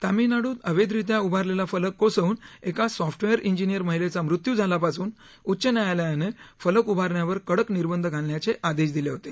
तमिळनाडूत अवैधरित्या उभारलेला फलक कोसळून एका सॉफ्टवेअर इंजिनिअर महिलेचा मृत्यू झाल्यापासून उच्च न्यायालयानं फलक उभारण्यावर कडक निर्बंध घालण्याचे आदेश दिले होते